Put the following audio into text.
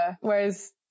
whereas